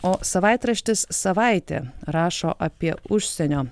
o savaitraštis savaitė rašo apie užsienio